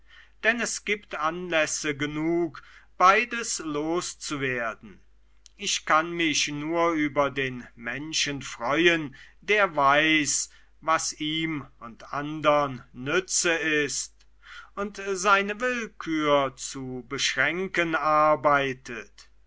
denn es gibt anlässe genug beides loszuwerden ich kann mich nur über den menschen freuen der weiß was ihm und andern nütze ist und seine willkür zu beschränken arbeitet